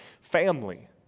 family